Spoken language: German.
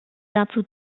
dazu